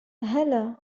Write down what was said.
هلا